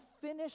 finish